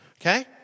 okay